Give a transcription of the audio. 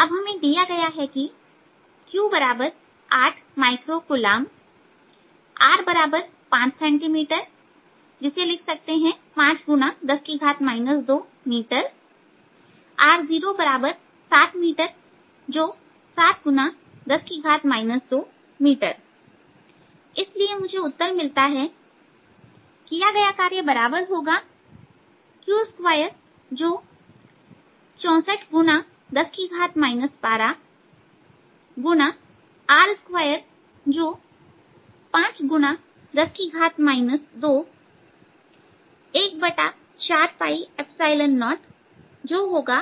अब हमें दिया गया है कि q 8µC r5 सेंटीमीटर जो कि और कुछ नहीं बल्कि 5×10 2मीटरहै r07 मीटर जो 7×10 2मीटरइसलिए मुझे उत्तर मिलता है किया गया कार्य बराबर होगा q2 जो 64×10 12 गु णा r2 जो 5×10 2140जो होगा